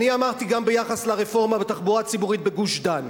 אמרתי גם ביחס לרפורמה בתחבורה הציבורית בגוש-דן: